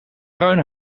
bruin